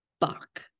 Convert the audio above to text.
Fuck